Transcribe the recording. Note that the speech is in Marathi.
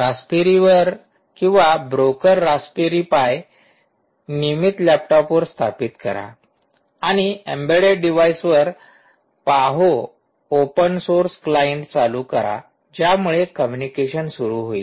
रास्पबेरीवर पाई किंवा ब्रोकर रास्पबेरी पाई नियमित लॅपटॉपवर स्थापित करा आणि एम्बेडेड डिव्हाइसवर पाहो ओपन सोर्स क्लाईंट चालू करा ज्यामुळे कम्युनिकेशन सुरु होईल